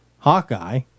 Hawkeye